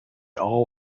all